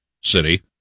city